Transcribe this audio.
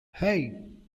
hey